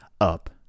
up